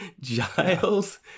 Giles